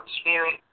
spirit